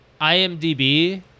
IMDb